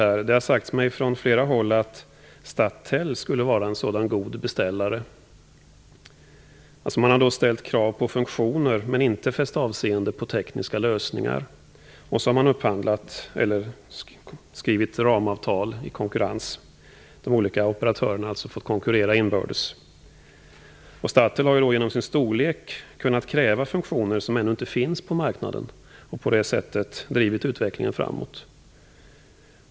Det har sagts mig från flera håll att Stattel skulle vara en sådan god beställare. Man har då ställt krav på funktioner men inte fäst avseende på tekniska lösningar, och man har skrivit ramavtal i konkurrens. De olika operatörerna har alltså fått konkurrera inbördes. Stattel har genom sin storlek kunnat kräva funktioner som ännu inte finns på marknaden och har på det sättet drivit utvecklingen framåt.